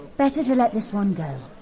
better to let this one go.